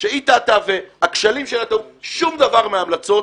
שהיא טעתה והכשלים שום דבר מההמלצות